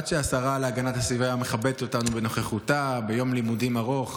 עד שהשרה להגנת הסביבה מכבדת אותנו בנוכחותה ביום לימודים ארוך,